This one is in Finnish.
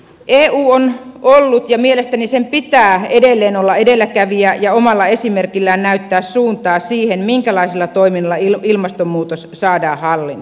eu on ollut ja mielestäni sen pitää edelleen olla edelläkävijä ja omalla esimerkillään näyttää suuntaa siihen minkälaisilla toimilla ilmastonmuutos saadaan hallintaan